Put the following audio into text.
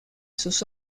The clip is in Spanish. sus